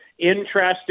Interested